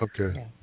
Okay